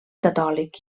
catòlic